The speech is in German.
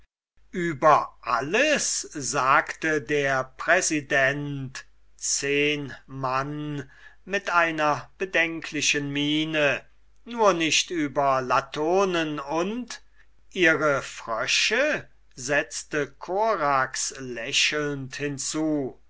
über alles sagte der präsident zehnmann mit einer bedenklichen miene nur nicht über latonen und ihre frösche setzte korax lächelnd hinzu